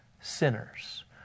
sinners